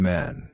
Men